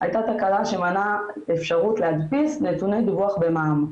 הייתה תקלה שמנעה אפשרות להדפיס נתוני דיווח במע"מ.